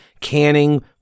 canning